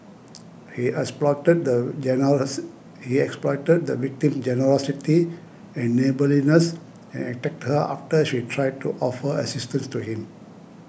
he exploited the generous he exploited the victim's generosity and neighbourliness and attacked her after she tried to offer assistance to him